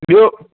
ॿियो